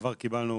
בעבר קיבלנו